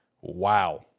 wow